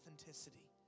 authenticity